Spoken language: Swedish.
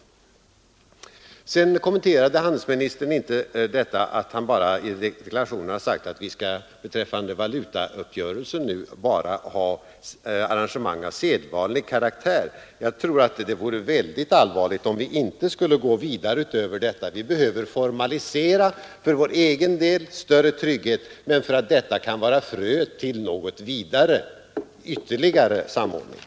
Sedan kommenterade handelsministern inte att han i deklarationen hade sagt att vi beträffande valutauppgörelsen bara skall ha arrangemang av sedvanlig karaktär. Jag tror att det vore väldigt allvarligt om vi inte skulle gå vidare. Vi behöver formalisera, för vår egen del för att nå större trygghet men också för att det skulle kunna bli fröet till ett vidare samarbete.